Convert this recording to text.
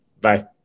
Bye